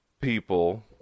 people